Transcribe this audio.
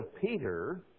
Peter